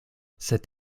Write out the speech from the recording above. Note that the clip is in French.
cet